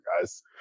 guys